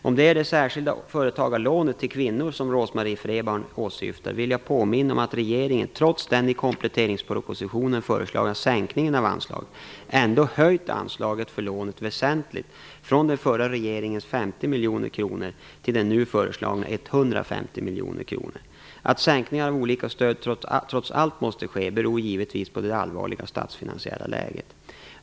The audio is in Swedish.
Om det är det särskilda företagarlånet till kvinnor som Rose-Marie Frebran åsyftar, vill jag påminna om att regeringen, trots den i kompletteringspropositionen föreslagna sänkningen av anslaget, ändå höjt anslaget för lånet väsentligt, från den förra regeringens 50 miljoner kronor till de nu föreslagna 150 miljoner kronorna. Att sänkningar av olika stöd trots allt måste ske beror givetvis på det allvarliga statsfinansiella läget.